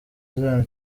zion